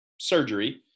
surgery